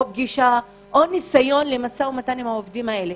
פגישה או ניסיון למשא ומתן עם העובדים האלה.